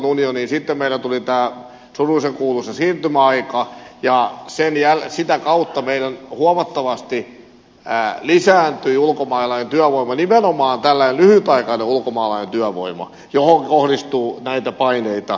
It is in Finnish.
sitten meille tuli tämä surullisen kuuluisa siirtymäaika ja sitä kautta meillä huomattavasti lisääntyi ulkomaalainen työvoima nimenomaan tällainen lyhytaikainen ulkomaalainen työvoima johonka kohdistuu näitä paineita